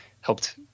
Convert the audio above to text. helped